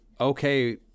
okay